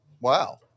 Wow